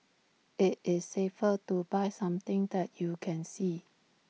IT is safer to buy something that you can see